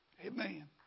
Amen